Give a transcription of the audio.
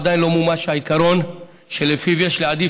עדיין לא מומש העיקרון שלפיו יש להעדיף